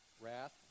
wrath